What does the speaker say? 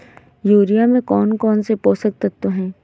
Urea में कौन कौन से पोषक तत्व है?